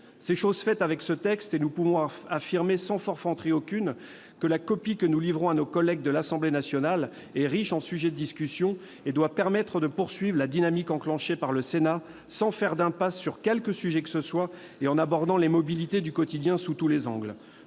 C'est chose faite avec ce texte. Nous pouvons affirmer, sans forfanterie aucune, que la copie que nous livrons à nos collègues de l'Assemblée nationale est riche en sujets de discussion. Elle doit permettre de poursuivre la dynamique enclenchée, sans faire d'impasse sur quelque sujet que ce soit et en abordant les mobilités du quotidien sous tous les angles.